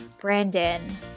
Brandon